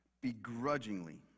begrudgingly